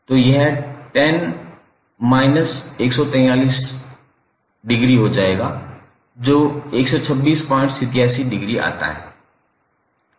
तो यह tan−143 हो जाएगा जो 12687 ° आता है